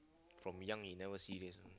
from young he never serious one